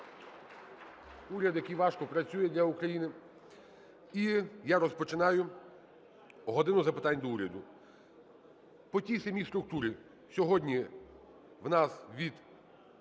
Уряд, який важко працює для України. І я розпочинаю "годину запитань до Уряду". По тій самій структурі. Сьогодні в нас від